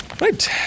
Right